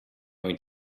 going